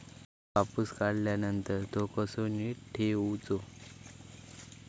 कापूस काढल्यानंतर तो कसो नीट ठेवूचो?